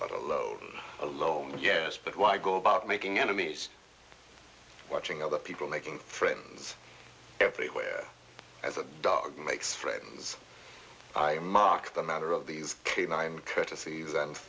but a load alone yes but why go about making enemies watching other people making friends everywhere as a dog makes friends i mock the matter of these canine courtes